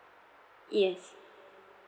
yes